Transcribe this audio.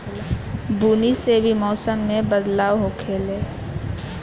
बुनी से भी मौसम मे बदलाव होखेले